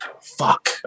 fuck